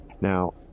Now